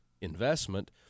investment